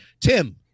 Tim